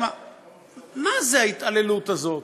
מה זו ההתעללות הזאת?